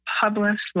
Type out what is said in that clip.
published